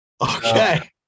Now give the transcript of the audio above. Okay